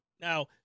Now